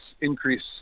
increase